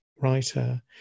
writer